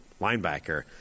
linebacker